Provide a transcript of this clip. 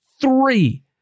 Three